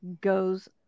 goes